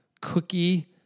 Cookie